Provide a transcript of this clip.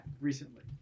recently